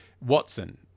Watson